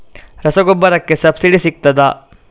ರಸಗೊಬ್ಬರಕ್ಕೆ ಸಬ್ಸಿಡಿ ಸಿಗ್ತದಾ?